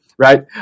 right